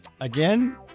Again